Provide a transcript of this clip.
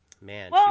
Man